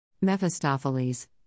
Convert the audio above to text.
Mephistopheles